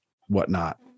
whatnot